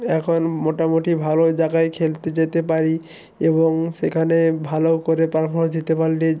এখন মোটামোটি ভালো জাগায় খেলতে যেতে পারি এবং সেখানে ভালো করে পারফরমেন্স জিতে পারলে